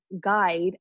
guide